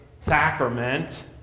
sacrament